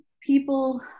people